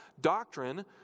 Doctrine